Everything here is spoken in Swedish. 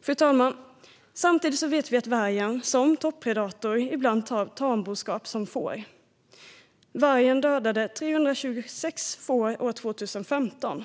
Fru talman! Samtidigt vet vi att vargen, som toppredator, ibland tar tamboskap såsom får. Vargen dödade 326 får år 2015.